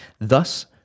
thus